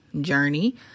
journey